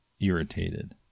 irritated